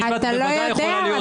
בוודאי יכולה להיות